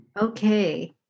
okay